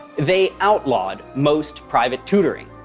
they outlawed most private tutoring.